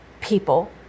people